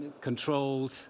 controlled